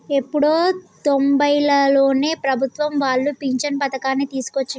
ఎప్పుడో తొంబైలలోనే ప్రభుత్వం వాళ్ళు పించను పథకాన్ని తీసుకొచ్చిండ్రు